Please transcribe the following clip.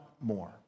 more